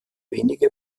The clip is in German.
wenige